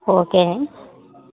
okay